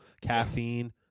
caffeine